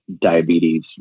diabetes